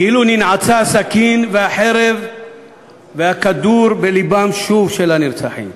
כאילו ננעצה הסכין והחרב והכדור בלבם של הנרצחים.